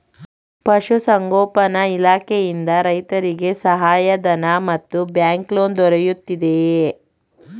ಪಶು ಸಂಗೋಪನಾ ಇಲಾಖೆಯಿಂದ ರೈತರಿಗೆ ಸಹಾಯ ಧನ ಮತ್ತು ಬ್ಯಾಂಕ್ ಲೋನ್ ದೊರೆಯುತ್ತಿದೆಯೇ?